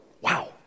Wow